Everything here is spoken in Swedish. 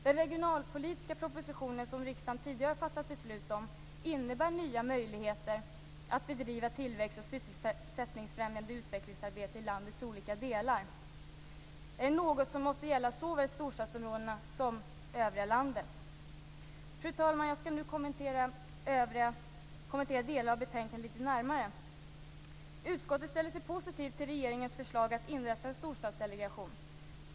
Den regionalpolitiska propositionen som riksdagen tidigare har fattat beslut om innebär nya möjligheter att bedriva tillväxt och sysselsättningsfrämjande utvecklingsarbete i landets olika delar. Det är något som måste gälla såväl storstadsområdena som övriga landet. Fru talman! Jag skall nu kommentera delar av betänkandet lite närmare. Utskottet ställer sig positivt till regeringens förslag att inrätta en storstadsdelegation.